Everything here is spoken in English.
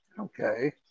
Okay